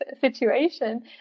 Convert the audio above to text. situation